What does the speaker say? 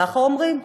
ככה אומרים.